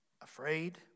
afraid